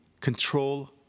control